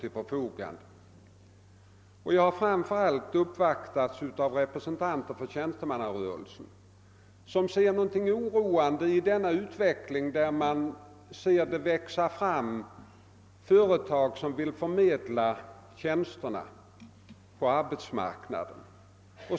Framför allt har jag uppvaktats av representanter för tjänstemannarörelsen, som ser någonting oroande i denna utveckling som innebär att det växer fram företag som mot ersättning vill förmedla tjänsterna på arbetsmarknaden.